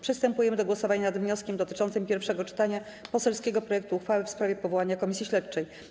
Przystępujemy do głosowania nad wnioskiem dotyczącym pierwszego czytania poselskiego projektu uchwały w sprawie powołania Komisji Śledczej.